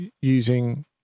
using